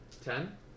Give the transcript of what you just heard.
Ten